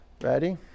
Ready